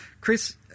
Chris